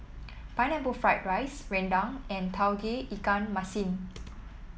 Pineapple Fried Rice rendang and Tauge Ikan Masin